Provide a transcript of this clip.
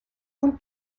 und